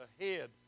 ahead